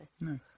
Nice